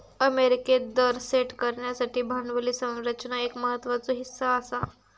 अमेरिकेत दर सेट करण्यासाठी भांडवली संरचना एक महत्त्वाचो हीस्सा आसा